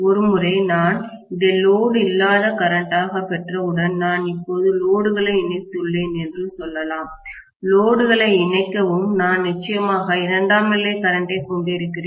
ஒருமுறை நான் இதை லோடு இல்லாத கரண்ட்டாக பெற்றவுடன் நான் இப்போது லோடுகளை இணைத்துள்ளேன் என்று சொல்லலாம் லோடுகளை இணைக்கவும் நான் நிச்சயமாக இரண்டாம் நிலை கரண்ட்டை கொண்டிருக்கிறேன்